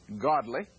godly